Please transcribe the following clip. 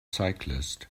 cyclists